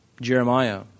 Jeremiah